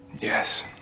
Yes